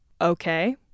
Okay